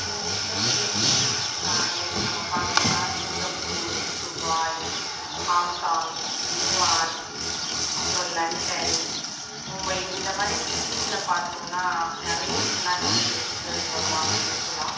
யூஷ்வல்லாக சில cities like நம்ம பார்த்தோன்னா சிங்கப்பூர் துபாய் ஹாங்காங் நியூயார்க் அப்புறம் லண்டன் மும்பை இந்த மாதிரி சிட்டிஸில் பார்த்தோன்னா நிறைய இன்டர்நேஷனல் விசிட்டர்ஸ் வருவாங்க யூஷ்வல்லாக